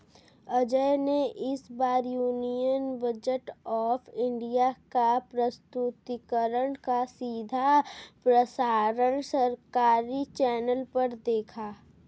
अजय ने इस बार यूनियन बजट ऑफ़ इंडिया का प्रस्तुतिकरण का सीधा प्रसारण सरकारी चैनल पर देखा